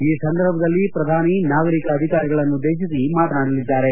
ಈ ಸಂದರ್ಭದಲ್ಲಿ ಪ್ರಧಾನಿ ನಾಗರಿಕೆ ಅಧಿಕಾರಿಗಳನ್ನುದ್ಲೇಶಿಸಿ ಮಾತನಾಡಲಿದ್ದಾರೆ